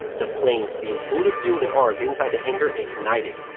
the planes, being fully fueled and armed inside the hangar, ignited,